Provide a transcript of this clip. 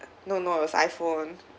no no it was I_phone